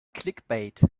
clickbait